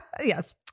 Yes